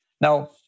Now